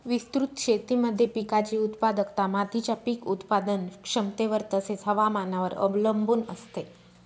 विस्तृत शेतीमध्ये पिकाची उत्पादकता मातीच्या पीक उत्पादन क्षमतेवर तसेच, हवामानावर अवलंबून असते